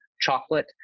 chocolate